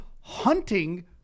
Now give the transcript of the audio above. hunting